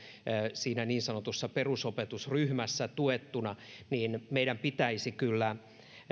siinä niin sanotussa perusopetusryhmässä tuettuna mutta itse toivoisin että meidän pitäisi kyllä